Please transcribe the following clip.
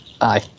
Aye